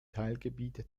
teilgebiet